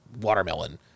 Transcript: watermelon